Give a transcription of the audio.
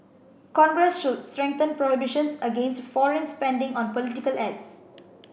congress should strengthen prohibitions against foreign spending on political ads